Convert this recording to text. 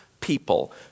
people